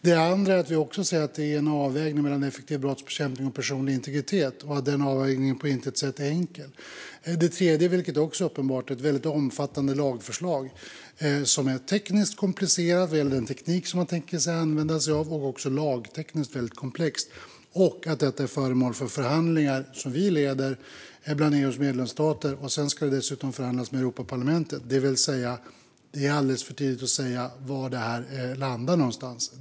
Det andra är att vi ser att det är en avvägning mellan effektiv brottsbekämpning och personlig integritet och att den avvägningen på intet sätt är enkel. Det tredje är uppenbart. Det är ett väldigt omfattande lagförslag som är tekniskt komplicerat vad gäller den teknik som man tänker använda sig av. Det är också lagtekniskt väldigt komplext. Detta är föremål för förhandlingar, som vi leder, bland EU:s medlemsstater. Sedan ska det dessutom förhandlas med Europaparlamentet. Det är alltså alldeles för tidigt att säga var det kommer att landa någonstans.